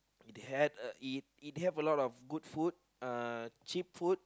they had uh it have a lot of good food uh cheap food